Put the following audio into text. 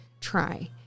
try